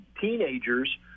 teenagers